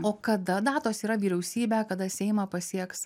o kada datos yra vyriausybę kada seimą pasieks